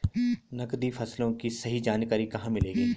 नकदी फसलों की सही जानकारी कहाँ मिलेगी?